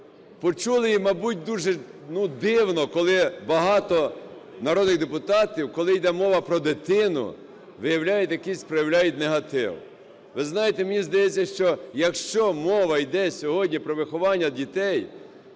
Почули, і, мабуть, дивно, коли багато народних депутатів, коли йде мова про дитину, виявляють якийсь, проявляють негатив. Ви знаєте, мені здається, що якщо мова йде сьогодні про виховання дітей,